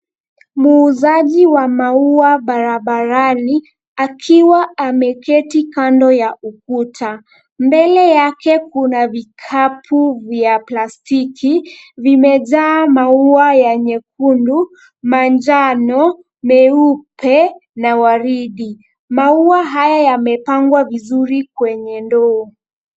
Muuzaji wa maua barabarani akiwa ameketi kando ya ukuta. Mbele yake kuna vikapu vya plastiki, vimejaa maua ya nyekundu, manjano, meupe na waridi. Maua haya yamepangwa vizuri kwenye ndoo.